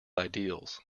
ideals